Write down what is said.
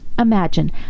Imagine